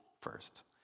first